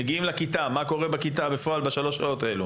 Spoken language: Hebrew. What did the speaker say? כשמגיעים לכיתה מה קורה בפועל בשלוש השעות האלה?